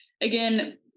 Again